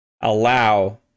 allow